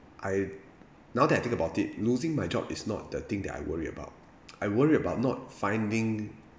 I now that I think about it losing my job is not the thing that I worry about I worry about not finding